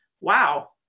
wow